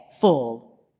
full